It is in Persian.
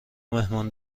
مهمان